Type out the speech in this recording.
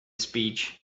speech